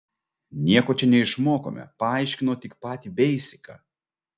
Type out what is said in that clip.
nieko čia neišmokome paaiškino tik patį beisiką